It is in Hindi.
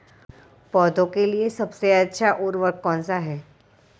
पौधों के लिए सबसे अच्छा उर्वरक कौनसा हैं?